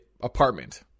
apartment